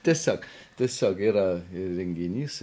tiesiog tiesiog yra renginys